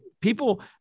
people